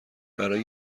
برای